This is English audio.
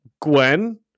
Gwen